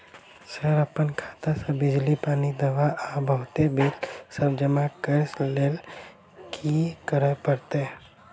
Sir अप्पन खाता सऽ बिजली, पानि, दवा आ बहुते बिल सब जमा करऽ लैल की करऽ परतै?